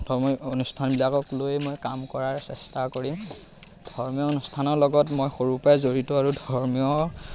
ধৰ্মীয় অনুষ্ঠানবিলাকক লৈ মই কাম কৰাৰ চেষ্টা কৰিম ধৰ্মীয় অনুষ্ঠানৰ লগত মই সৰুৰ পৰাই জড়িত আৰু ধৰ্মীয়